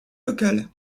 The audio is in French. locale